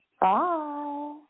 Bye